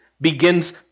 begins